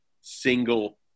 single